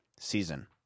season